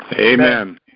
Amen